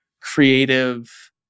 creative